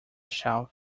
shelf